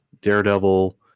Daredevil